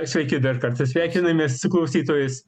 sveiki dar kartą sveikinamės su klausytojais